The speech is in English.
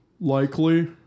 likely